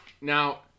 now